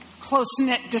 close-knit